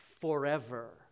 forever